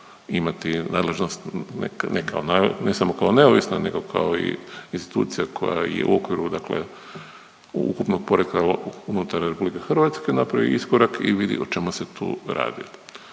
imati nadležnost ne samo kao neovisno nego kao i institucija koja je u okviru dakle ukupnog poretka, ukupnog teritorija RH, napravi iskorak i vidi o čemu se tu radi.